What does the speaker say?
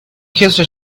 kissed